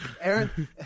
Aaron